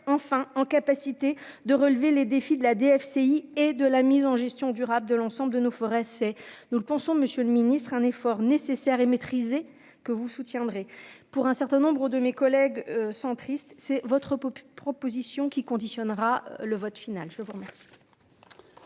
enfin en capacité de relever les défis de la DFCI et de la mise en gestion durable de l'ensemble de nos forêts, c'est nous le pensons, monsieur le ministre, un effort nécessaire et maîtrisé que vous soutiendrez pour un certain nombre de mes collègues centristes, c'est votre proposition qui conditionnera le vote final, je vous remercie.